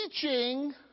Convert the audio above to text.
teaching